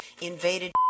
invaded